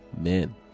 men